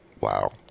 wow